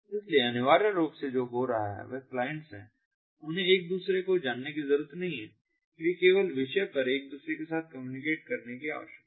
इसलिए अनिवार्य रूप से जो हो रहा है वह क्लाइंट्स हैं उन्हें एक दूसरे को जानने की जरूरत नहीं है और केवल विषय पर एक दूसरे के साथ कम्युनिकेट करने की आवश्यकता है